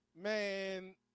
Man